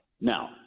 Now